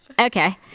okay